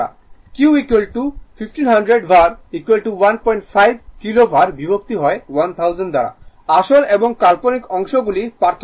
Q 1500 var 15 kilo var বিভক্ত হয় 1000 দ্বারা আসল এবং কাল্পনিক অংশগুলি পৃথক করুন